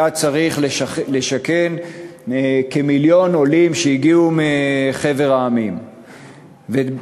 כשהיה צריך לשכן כמיליון עולים שהגיעו מחבר המדינות,